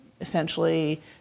essentially